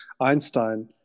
Einstein